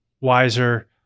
wiser